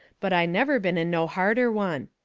but i never been in no harder one.